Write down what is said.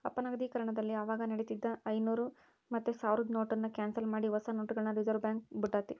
ಅಪನಗದೀಕರಣದಲ್ಲಿ ಅವಾಗ ನಡೀತಿದ್ದ ಐನೂರು ಮತ್ತೆ ಸಾವ್ರುದ್ ನೋಟುನ್ನ ಕ್ಯಾನ್ಸಲ್ ಮಾಡಿ ಹೊಸ ನೋಟುಗುಳ್ನ ರಿಸರ್ವ್ಬ್ಯಾಂಕ್ ಬುಟ್ಟಿತಿ